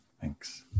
thanks